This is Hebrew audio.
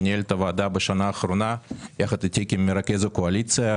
שניהל את הוועדה בשנה האחרונה ביחד איתי כמרכז הקואליציה,